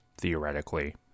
theoretically